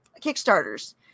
Kickstarters